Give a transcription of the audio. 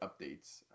updates